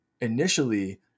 initially